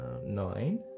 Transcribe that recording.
Nine